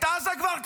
את עזה כבר כבשנו,